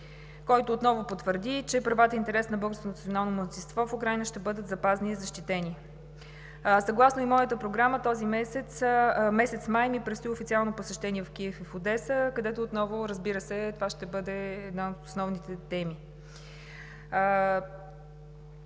който отново потвърди, че правата и интересите на българското национално малцинство в Украйна ще бъдат запазени и защитени. Съгласно и моята програма през месец май ми предстои официално посещение в Киев и в Одеса, където отново, разбира се, това ще бъде една от основните теми.